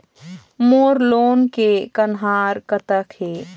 मोर loan के कन्हार कतक हे?